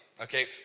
Okay